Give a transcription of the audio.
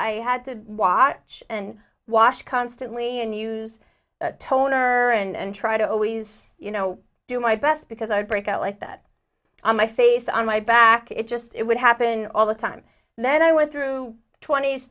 i had to watch and wash constantly and use toner and try to always you know do my best because i would break out like that on my face on my back it just it would happen all the time and then i went through twent